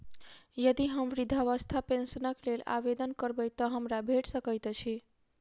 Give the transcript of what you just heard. यदि हम वृद्धावस्था पेंशनक लेल आवेदन करबै तऽ हमरा भेट सकैत अछि?